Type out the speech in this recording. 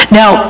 now